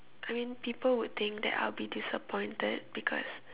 I mean people would think that I would be disappointed because